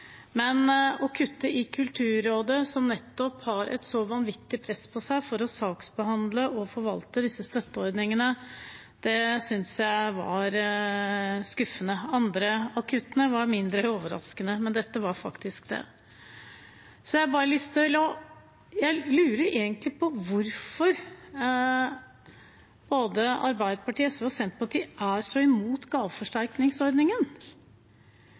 men å kutte i Kulturrådet, som nettopp har et så vanvittig press på seg for å saksbehandle og forvalte disse støtteordningene, synes jeg var skuffende. Noen av de andre kuttene var mindre overraskende, men dette var faktisk det. Jeg lurer egentlig på hvorfor både Arbeiderpartiet, SV og Senterpartiet er så imot gaveforsterkningsordningen.